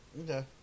okay